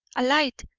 a light!